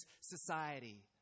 society